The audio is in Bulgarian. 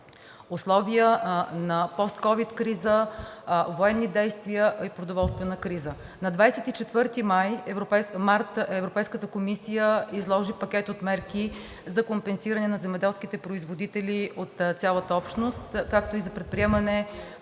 условия на постковид криза, военни действия и продоволствена криза. На 24 март Европейската комисия изложи пакет от мерки за компенсиране на земеделските производители от цялата общност, както и за предприемане